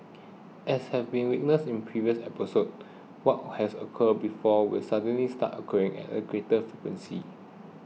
as have been witnessed in previous episodes what has occurred before will suddenly start occurring at a greater frequency